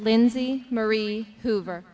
lindsey marie hoover